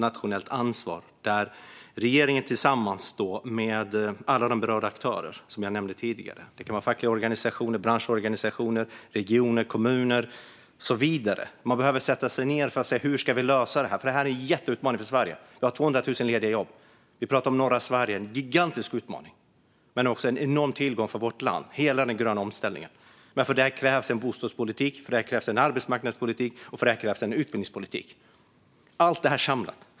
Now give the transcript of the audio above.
Regeringen behöver sätta sig ned tillsammans med alla de berörda aktörer som jag nämnde tidigare - fackliga organisationer, branschorganisationer, regioner, kommuner och så vidare - och se hur man kan lösa detta. Det är en jätteutmaning för Sverige. Vi har 200 000 lediga jobb. Vi pratar om norra Sverige - en gigantisk utmaning men också en enorm tillgång för vårt land med hela den gröna omställningen. För det krävs en bostadspolitik, för det krävs en arbetsmarknadspolitik och för det krävs en utbildningspolitik - allt detta samlat.